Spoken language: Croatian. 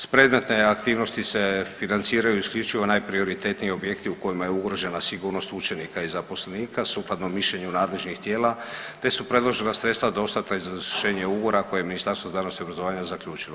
S predmetne aktivnosti se financiraju isključivo najprioritetniji objekti u kojima je ugrožena sigurnost učenika i zaposlenika sukladno mišljenju nadležnih tijela te su predložena sredstva dostatna za izvršenje ugovora koje je Ministarstvo znanosti i obrazovanja zaključilo.